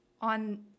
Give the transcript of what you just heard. on